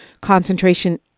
concentration